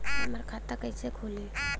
हमार खाता कईसे खुली?